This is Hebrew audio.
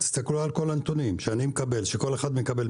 תסתכלו על כל הנתונים שכול אחד מקבל,